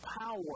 power